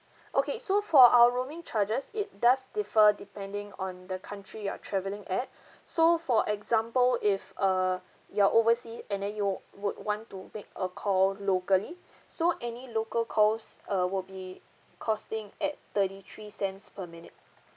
okay so for our roaming charges it does differ depending on the country you are travelling at so for example if err you're oversea and then you would want to make a call locally so any local calls uh would be costing at thirty three cents per minute